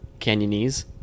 Canyonese